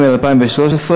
שעה) (יושב-ראש הוועדה המשותפת לתקציב הביטחון),